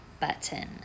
button